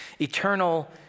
eternal